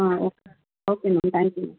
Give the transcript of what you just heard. okay ma'am thank you ma'am